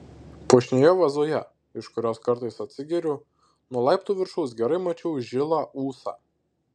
puošnioje vazoje iš kurios kartais atsigeriu nuo laiptų viršaus gerai mačiau žilą ūsą